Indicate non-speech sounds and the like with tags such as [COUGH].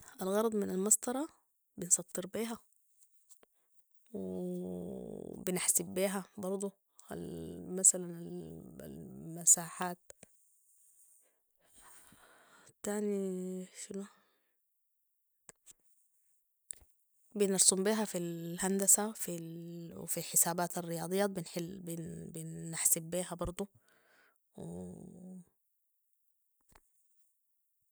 الغرض من المسطرة بنسطر بيها و [HESITATION] بنحسب بيها برضو [HESITATION] مثلا [HESITATION] المساحات تاني شنو بنرسم بيها في [HESITATION] الهندسة وفي [HESITATION] حسابات الرياضيات- [HESITATION] بنحسب بيها برضو